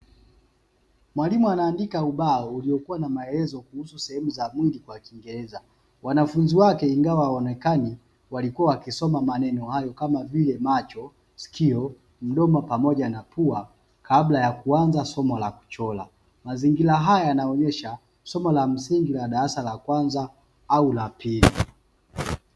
Mwalimu anaandika ubao, uliokuwa na maelezo kuhusu sehemu za mwili kwa kiingereza. Wanafunzi wake ingawa hawaonekani walikua wakisoma maneno hayo kama vile: macho, sikio, mdomo pamoja na pua kabla ya kuanza somo la kuchora. Mazingira haya yanaonyesha somo la msingi la darasa la kwanza au la pili.